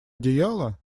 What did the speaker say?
одеяло